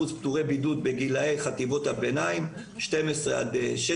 פטורי בידוד בגילי חטיבות הביניים בני 12 עד 16